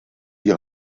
die